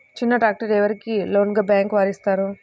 చిన్న ట్రాక్టర్ ఎవరికి లోన్గా బ్యాంక్ వారు ఇస్తారు?